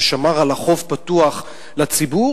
ששמר על החוף פתוח לציבור,